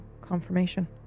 confirmation